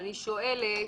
ואני שואלת,